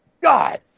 God